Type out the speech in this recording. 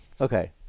Okay